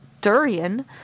durian